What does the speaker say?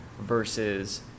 versus